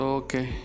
okay